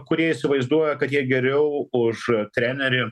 kurie įsivaizduoja kad jie geriau už trenerį